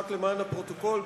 רק למען הפרוטוקול,